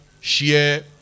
share